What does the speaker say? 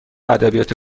ادبیات